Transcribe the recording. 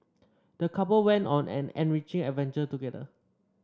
the couple went on an enriching adventure together